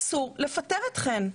אסור לפטר אתכן.